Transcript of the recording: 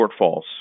shortfalls